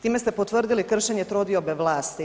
Time ste potvrdili kršenje trodiobe vlasti.